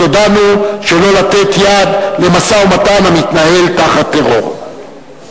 אותנו שלא לתת יד למשא-ומתן המתנהל תחת טרור.